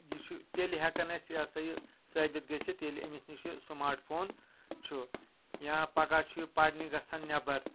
یہِ چھُ تیٚلہِ ہٮ۪کان اسہِ یہِ ہسا یہِ ثٲبت گٔژھِتھ ییٚلہِ أمِس نِش یہِ سمارٹ فون چھُ یا پگاہ چھُ یہِ پرنہِ گژھان نٮ۪بر